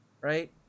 right